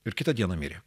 ir kitą dieną mirė